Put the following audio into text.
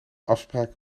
afspraak